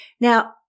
Now